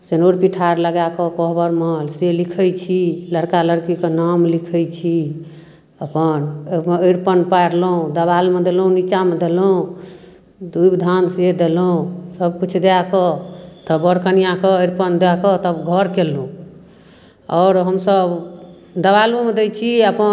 सिनुर पिठार लगाकऽ कोहबरमे से लिखै छी लड़िका लड़कीके नाम लिखै छी अपन ओइमे अरिपन पारलहुँ देवालमे देलहुँ नीचामे देलहुँ दुभिधानसँ देलहुँ सबकिछु दए कऽ तऽ बर कनिआँके तऽ अरिपन दए कऽ तब घर कयलहुँ आओर हमसब देबालोमे दै छी अपन